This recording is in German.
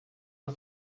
nur